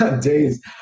Days